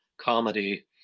comedy